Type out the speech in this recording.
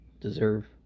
deserve